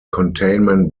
containment